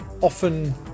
often